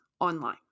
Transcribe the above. online